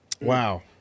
Wow